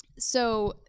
so,